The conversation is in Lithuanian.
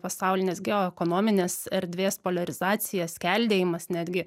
pasaulinės geoekonominės erdvės poliarizacija skeldėjimas netgi